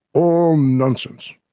all nonsense,